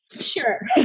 sure